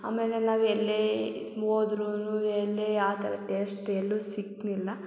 ಆಮೇಲೆ ನಾವು ಎಲ್ಲೇ ಹೋದ್ರುನು ಎಲ್ಲೇ ಆ ಥರ ಟೇಶ್ಟ್ ಎಲ್ಲೂ ಸಿಕ್ಲಿಲ್ಲ